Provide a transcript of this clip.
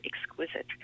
exquisite